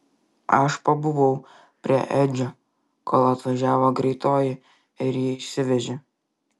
aš pabuvau prie edžio kol atvažiavo greitoji ir jį išsivežė